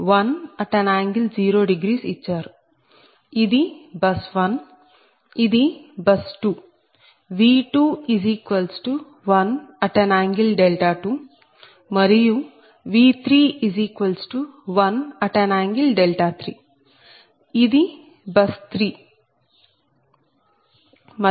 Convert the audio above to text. ఇది బస్ 1 ఇది bus 2 V21∠2 మరియు V31∠3 ఇది బస్ 3 మరియు PL32